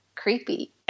Creepy